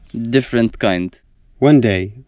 different kind one day,